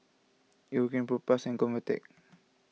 Eucerin Propass and Convatec